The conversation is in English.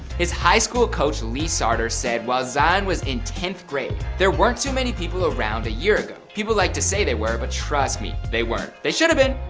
his high school coach lee sartor said while zion was in tenth grade there weren't too many people around a year ago. people like to say they were, but, trust me, they weren't. they should've been,